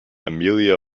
amelia